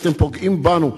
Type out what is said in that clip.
אתם פוגעים בנו.